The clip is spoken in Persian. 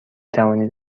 توانید